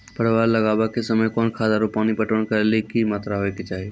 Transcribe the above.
परवल लगाबै के समय कौन खाद आरु पानी पटवन करै के कि मात्रा होय केचाही?